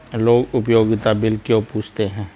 लोग उपयोगिता बिल क्यों पूछते हैं?